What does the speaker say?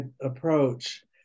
approach